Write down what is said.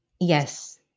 Yes